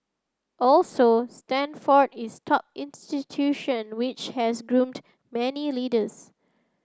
also Stanford is top institution which has groomed many leaders